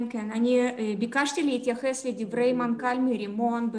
כן, ביקשתי להתייחס לדברי מנכ"ל מרימון.